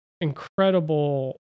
incredible